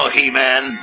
He-Man